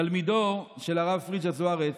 תלמידו של הרב פריג'א זוארץ,